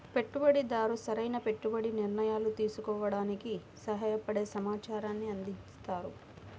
పెట్టుబడిదారు సరైన పెట్టుబడి నిర్ణయాలు తీసుకోవడానికి సహాయపడే సమాచారాన్ని అందిస్తారు